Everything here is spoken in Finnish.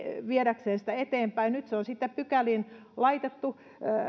viedäkseen sitä eteenpäin nyt se on sitten pykäliin laitettu